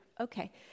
Okay